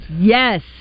Yes